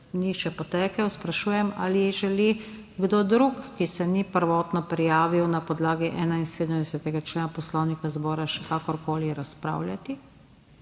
ni še potekel, sprašujem ali želi kdo drug, ki se ni prvotno prijavil, na podlagi 71. člena Poslovnika zbora še kakorkoli razpravljati?